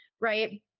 right